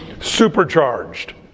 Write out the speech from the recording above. supercharged